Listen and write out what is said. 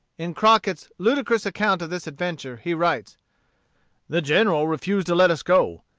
in crockett's ludicrous account of this adventure, he writes the general refused to let us go.